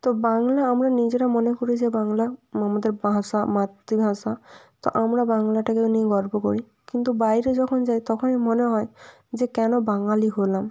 তো বাংলা আমরা নিজেরা মনে করি যে বাংলা আমাদের ভাষা মাতৃভাষা তো আমরা বাংলাটাকে নিয়ে গর্ব করি কিন্তু বাইরে যখন যাই তখনই মনে হয় যে কেন বাঙালি হলাম